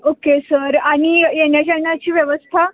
okay sir आणि येण्याजाण्याची व्यवस्था